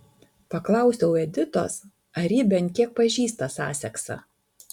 paklausiau editos ar ji bent kiek pažįsta saseksą